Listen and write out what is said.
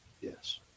Yes